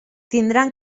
tindran